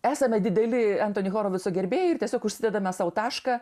esame dideli entoni horovitso gerbėjai ir tiesiog užsidedame sau tašką